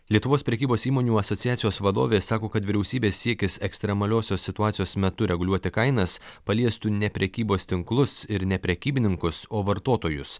lietuvos prekybos įmonių asociacijos vadovė sako kad vyriausybės siekis ekstremaliosios situacijos metu reguliuoti kainas paliestų ne prekybos tinklus ir ne prekybininkus o vartotojus